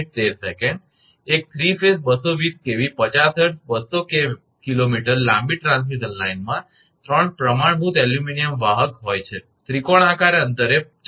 એક 3 ફેઝ 220 𝑘𝑉 50 𝐻𝑧 200 𝑘𝑚 લાંબી ટ્રાન્સમિશન લાઇનમાં 3 પ્રમાણભૂત એલ્યુમિનિયમ વાહક હોય છે ત્રિકોણાકાર અંતરે 4